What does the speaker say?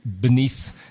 beneath